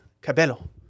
Cabello